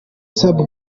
sat